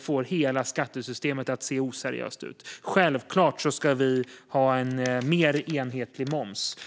får hela skattesystemet att se oseriöst ut. Självklart ska vi ha en mer enhetlig moms.